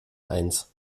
eins